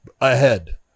ahead